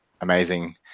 amazing